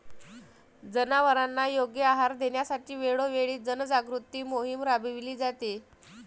जनावरांना योग्य आहार देण्यासाठी वेळोवेळी जनजागृती मोहीम राबविली जाते